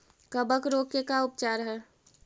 कबक रोग के का उपचार है?